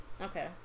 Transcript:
Okay